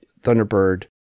Thunderbird